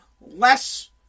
less